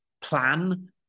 plan